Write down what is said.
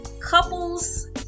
couples